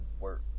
work